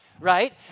right